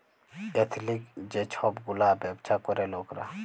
এথলিক যে ছব গুলা ব্যাবছা ক্যরে লকরা